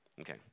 Okay